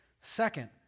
Second